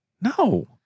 No